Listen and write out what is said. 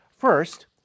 First